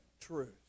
truth